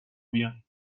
بیاین